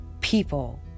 people